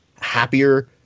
happier